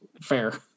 fair